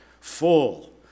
full